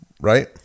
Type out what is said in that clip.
right